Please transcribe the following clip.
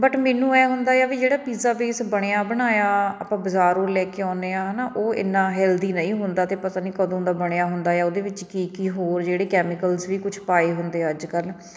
but ਮੈਨੂੰ ਐਂ ਹੁੰਦਾ ਆ ਵੀ ਜਿਹੜਾ ਪਿੱਜ਼ਾ ਬੇਸ ਬਣਿਆ ਬਣਾਇਆ ਆਪਾਂ ਬਜ਼ਾਰੋਂ ਲੈ ਕੇ ਆਉਂਦੇ ਹਾਂ ਹੈ ਨਾ ਉਹ ਇੰਨਾਂ ਹੈਲਦੀ ਨਹੀਂ ਹੁੰਦਾ ਅਤੇ ਪਤਾ ਨਹੀਂ ਕਦੋਂ ਦਾ ਬਣਿਆ ਹੁੰਦਾ ਆ ਉਹਦੇ ਵਿੱਚ ਕੀ ਕੀ ਹੋਰ ਜਿਹੜੇ ਕੈਮੀਕਲਸ ਵੀ ਕੁਛ ਪਾਏ ਹੁੰਦੇ ਅੱਜ ਕੱਲ੍ਹ